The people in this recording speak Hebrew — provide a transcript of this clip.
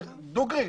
דוגרי,